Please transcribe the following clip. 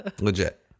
Legit